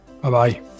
bye-bye